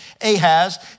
Ahaz